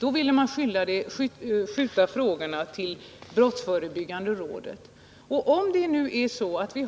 De ville överlämna frågorna till brottsförebyggande rådet. Om vi nu